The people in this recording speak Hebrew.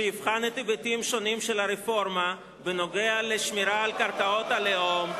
שיבחן את ההיבטים השונים של הרפורמה בנוגע לשמירה על קרקעות הלאום,